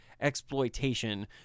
exploitation